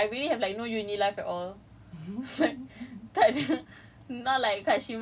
you've been looking forward to this but nasib baik I I stay in dorm if not like I really like no uni life at all